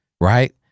Right